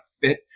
fit